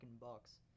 bucks